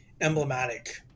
emblematic